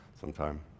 sometime